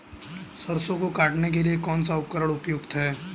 सरसों को काटने के लिये कौन सा उपकरण उपयुक्त है?